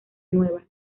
nueva